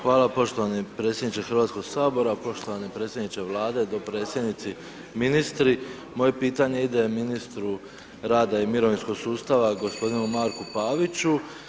Hvala poštovani predsjedniče Hrvatskog sabora, poštovani predsjedniče Vlade, dopredsjednici, ministri, moje pitanje ide ministru rada i mirovinskog sustava gospodinu Marku Paviću.